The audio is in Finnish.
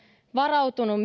varautunut